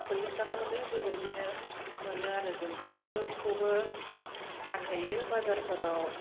स'लिस थाखा मोनो बेबायदिनो मोनो आरो जों बेफोरखौबो फानहैयो बाजारफोराव